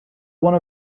one